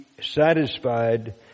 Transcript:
satisfied